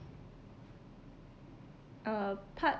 uh part